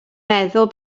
meddwl